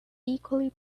equally